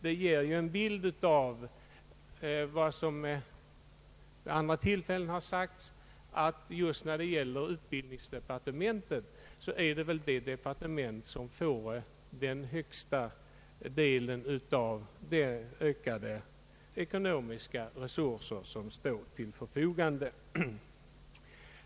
Detta ger en bild av vad som sagts vid andra tillfällen, nämligen att just utbildningsdepartementet får den största delen av de ökade ekonomiska resurser som står till förfogande.